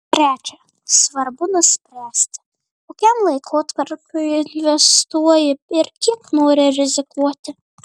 trečia svarbu nuspręsti kokiam laikotarpiui investuoji ir kiek nori rizikuoti